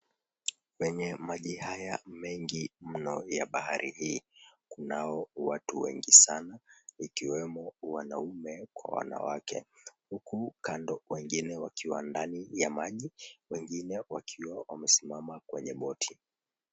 Kwenye maji haya mengi mno ya bahari hii, kunao watu wengi sana ikiwemo wanaume kwa wanawake. Huku kando wengine wakiwa ndani ya maji, wengine wakiwa wamesimama kwenye boti.